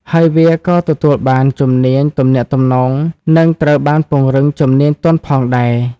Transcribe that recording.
ហើយវាក៏ទទួលបានជំនាញទំនាក់ទំនងនឹងត្រូវបានពង្រឹងជំនាញទន់ផងដែរ។